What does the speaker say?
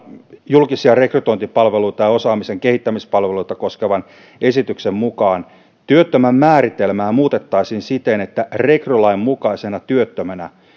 julkisia rekrytointipalveluita ja osaamisen kehittämispalveluita koskevan esityksen mukaan työttömän määritelmää muutettaisiin siten että rekrylain mukaisena työttömänä